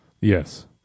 yes